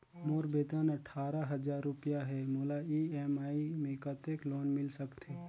मोर वेतन अट्ठारह हजार रुपिया हे मोला ई.एम.आई मे कतेक लोन मिल सकथे?